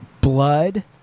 Blood